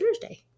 Thursday